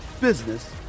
business